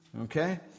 Okay